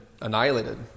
annihilated